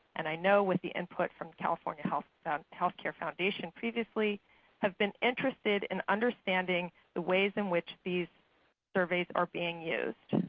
and i know with the input from california health health care foundation previously have been interested in understanding the ways in which these surveys are being used.